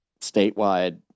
statewide